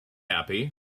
happy